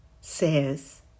says